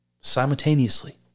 simultaneously